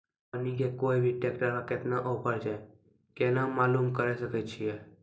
Company के कोय भी ट्रेक्टर पर केतना ऑफर छै केना मालूम करऽ सके छियै?